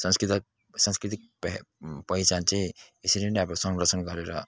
सांस्कृतिक सांस्कृतिक पेह पहिचान चाहिँ यसरी नै अब संरक्षण गरेर